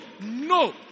no